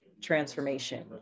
transformation